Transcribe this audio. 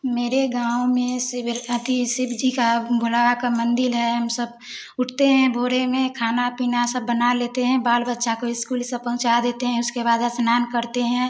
मेरे गाँव में शिव अति शिवजी का बढ़ा का का मंदिर है हम सब उठते है भोर में खाना पीना सब बना लेते हैं बाल बच्चों को इस्कूल सब पहुँचा देते हैं उसके बाद स्नान करते हैं